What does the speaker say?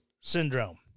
syndrome